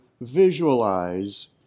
visualize